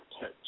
touch